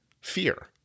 fear